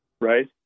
right